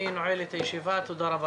תודה רבה